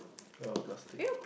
oh plastic